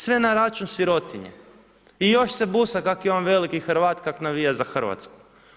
Sve na račun sirotinje i još se busa kak je on veliki Hrvat kak navija za Hrvatsku.